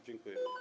Dziękuję.